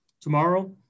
Tomorrow